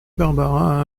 barbara